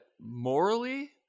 morally